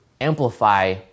amplify